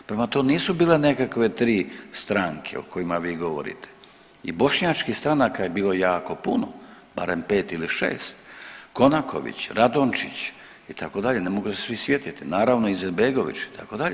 Prema tome to nisu bile nekakve 3 stranke o kojima vi govorite i bošnjačkih stranaka je bilo jako puno barem 5 ili 6 Konaković, Radončić itd., ne mogu se svih sjetiti naravno Izetbegović itd.